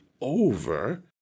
over